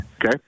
Okay